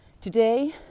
today